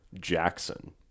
Jackson